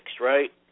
right